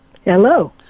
Hello